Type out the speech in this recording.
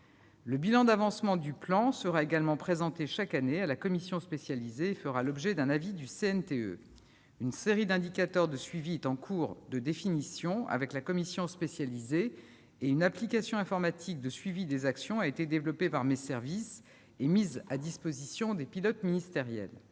Le bilan d'avancement du plan sera également présenté chaque année à la commission spécialisée et fera l'objet d'un avis du CNTE. Une série d'indicateurs de suivi est en cours en définition avec la commission spécialisée et une application informatique de suivi des actions a été développée par mes services et mise à la disposition des pilotes ministériels.